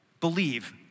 believe